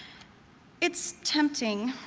it's tempting,